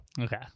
Okay